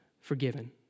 forgiven